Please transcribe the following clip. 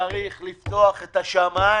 צריך לפתוח את השמים,